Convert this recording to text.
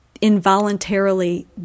involuntarily